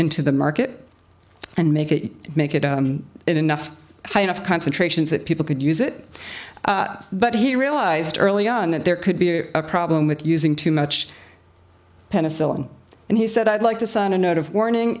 into the market and make it make it in enough high enough concentrations that people could use it but he realized early on that there could be a problem with using too much penicillin and he said i'd like to sign a note of warning